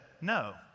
no